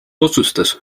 otsustas